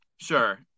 Sure